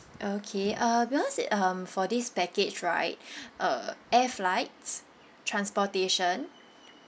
okay uh because it um for this package right uh air flights transportation